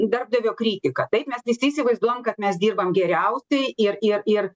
darbdavio kritika taip mes visi įsivaizduojam kad mes dirbam geriausiai ir ir ir